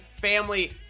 family